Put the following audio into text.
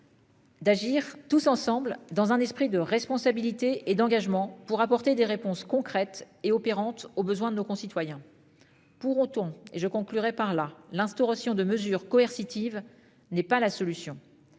D'agir tous ensemble dans un esprit de responsabilité et d'engagement pour apporter des réponses concrètes et opérante aux besoins de nos concitoyens. Pour autant, et je conclurai par là l'instauration de mesures coercitives n'est pas la solution.